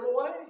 away